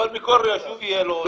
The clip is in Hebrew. אבל מכל רשות יהיה לו נציג.